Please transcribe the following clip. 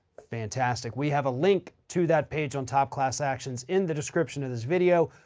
fantastic. we have a link to that page on top class actions in the description of this video.